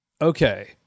okay